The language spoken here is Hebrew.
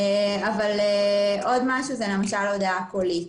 עוד משהו זה למשל הודעה קולית.